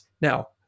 Now